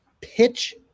pitch